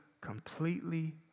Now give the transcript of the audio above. completely